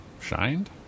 Shined